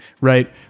right